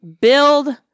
Build